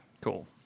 Cool